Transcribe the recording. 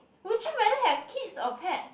would you rather have kids or pets